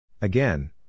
Again